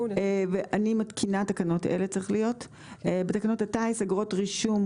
אני מתקינה תקנות אלה: תיקון תקנה 20 בתקנות הטיס (אגרות רישום,